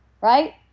right